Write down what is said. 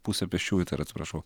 pusė pėsčiųjų tai yra atsiprašau